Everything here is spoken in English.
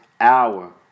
hour